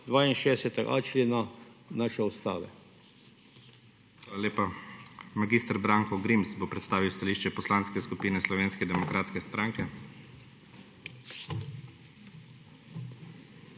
62.a člena naše Ustave.